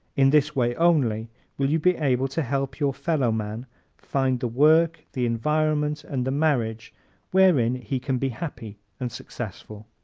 in this way only will you be able to help your fellowman find the work, the environment and the marriage wherein he can be happy and successful.